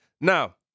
Now